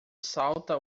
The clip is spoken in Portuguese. salta